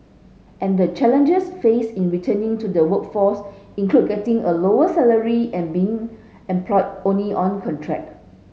and the challenges faced in returning to the workforce include getting a lower salary and being employed only on contract